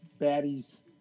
baddies